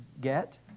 get